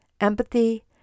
empathy